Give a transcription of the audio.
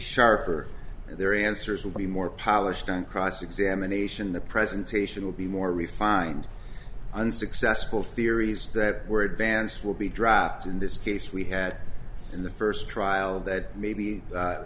sharper their answers will be more polished on cross examination the presentation will be more refined and successful theories that were advanced will be dropped in this case we had in the first trial that maybe